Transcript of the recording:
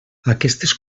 aquestes